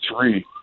three